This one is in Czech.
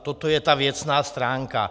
Toto je ta věcná stránka.